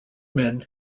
men